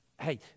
Hey